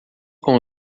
com